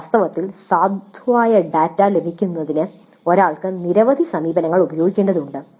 വാസ്തവത്തിൽ സാധുവായ ഡാറ്റ ലഭിക്കുന്നതിന് ഒരാൾ നിരവധി സമീപനങ്ങൾ ഉപയോഗിക്കേണ്ടതുണ്ട്